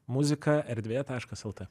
muzika erdvėje taškas lt